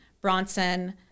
Bronson